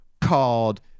called